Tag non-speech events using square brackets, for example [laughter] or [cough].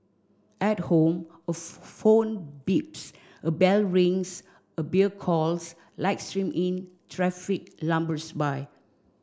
at home a [unintelligible] phone beeps a bell rings a beer calls light stream in traffic lumbers by